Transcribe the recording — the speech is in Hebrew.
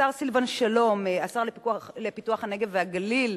השר סילבן שלום, השר לפיתוח הנגב והגליל,